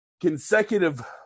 consecutive